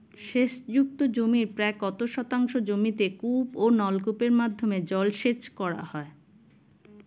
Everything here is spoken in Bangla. সেচ যুক্ত জমির প্রায় কত শতাংশ জমিতে কূপ ও নলকূপের মাধ্যমে জলসেচ করা হয়?